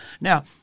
Now